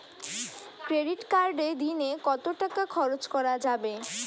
Credit কার্ডে দিনে কত টাকা খরচ করা যাবে?